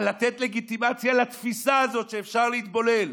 על לתת לגיטימציה לתפיסה הזאת שאפשר להתבולל,